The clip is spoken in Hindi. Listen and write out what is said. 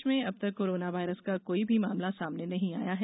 प्रदेश में अब तक कोराना वायरस का कोई भी मामला सामने नहीं आया है